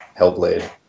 Hellblade